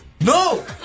No